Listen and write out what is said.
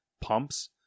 pumps